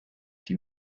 die